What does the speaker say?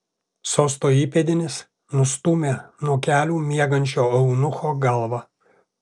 sosto įpėdinis nustūmė nuo kelių miegančio eunucho galvą